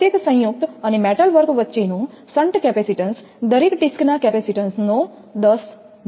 પ્રત્યેક સંયુક્ત અને મેટલવર્ક વચ્ચેનો શન્ટ કેપેસિટેન્સ દરેક ડિસ્કના કેપેસિટીન્સનો 10 છે